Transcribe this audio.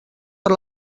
per